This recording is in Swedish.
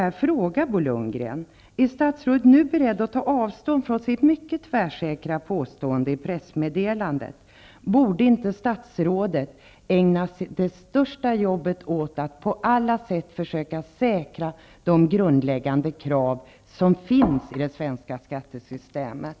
Är statsrådet nu beredd att ta avstånd från sitt mycket tvärsäkra påstående i pressmeddelandet? Borde inte statsrådet ägna det största arbetet åt att på alla sätt försöka säkra de grundläggande krav som finns i det svenska skattesystemet?